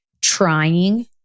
trying